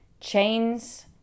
chains